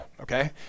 Okay